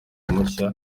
mushya